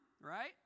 right